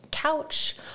couch